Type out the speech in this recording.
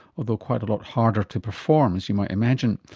although quite a lot harder to perform, as you might imagine.